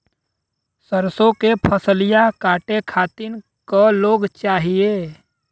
सरसो के फसलिया कांटे खातिन क लोग चाहिए?